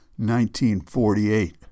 1948